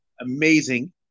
amazing